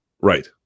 Right